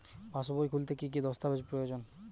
পাসবই খুলতে কি কি দস্তাবেজ প্রয়োজন?